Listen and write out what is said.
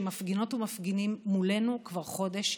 שמפגינות ומפגינים מולנו כבר חודש.